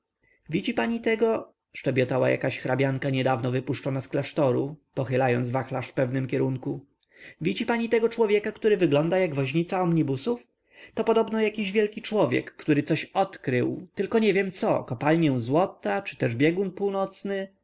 widzi pani tego szczebiotała jaka hrabianka niedawno wypuszczona z klasztoru pochylając wachlarz w pewnym kierunku widzi pani tego pana który wygląda na woźnicę omnibusów to podobno jakiś wielki człowiek który coś odkrył tylko nie wiem co kopalnię złota czy też biegun północny